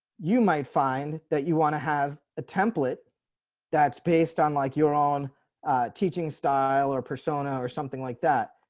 you might find that you want to have a template that's based on like your own teaching style or persona or something like that.